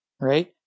right